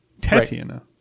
Tatiana